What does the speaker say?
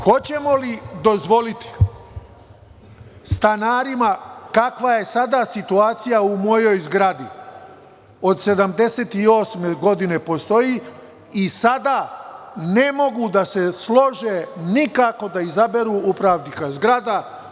Hoćemo li dozvoliti stanarima kakva je situacija sada u mojoj zgradi, od 1978. godine postoji, i sada ne mogu da se slože nikako da izaberu upravnika zgrada.